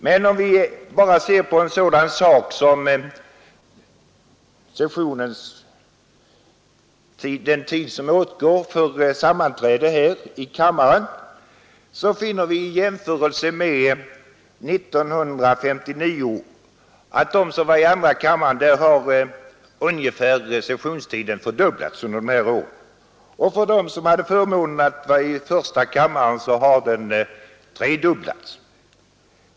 Men om vi bara ser på en sådan sak som tiden för sammanträden här i kammaren, finner vi vid jämförelse med 1959 att för dem som då var i andra kammaren har sammanträdestiden ungefär fördubblats. För dem som hade förmånen att då vara i första kammaren har sammanträdestiden tredubblats.